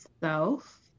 self